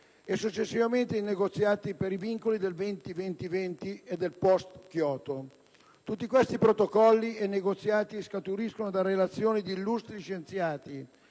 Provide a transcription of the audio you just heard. e, successivamente, ai negoziati per i vincoli dell'Accordo 20-20-20 e del *post* Kyoto. Tutti questi Protocolli e negoziati scaturiscono da relazioni di illustri scienziati